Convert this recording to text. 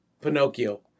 Pinocchio